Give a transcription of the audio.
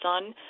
son